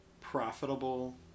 profitable